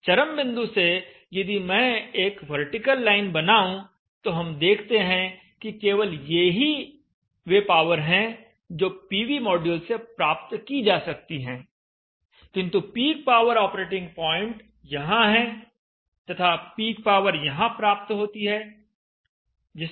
चरम बिंदु से यदि मैं एक वर्टिकल लाइन बनाऊं तो हम देखते हैं कि केवल ये ही वे पावर हैं जो पीवी माड्यूल से प्राप्त की जा सकती हैं किंतु पीक पावर ऑपरेटिंग प्वाइंट यहां है तथा पीक पावर यहां प्राप्त होती है जोकि बक कन्वर्टर के कार्यक्षेत्र की सीमा से बाहर है